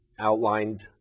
outlined